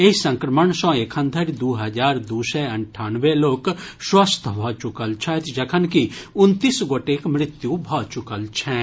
एहि संक्रमण सँ एखन धरि दू हजार दू सय अंठानवे लोक स्वस्थ भऽ चुकल छथि जखनकि उनतीस गोटेक मृत्यु भऽ चुकल छनि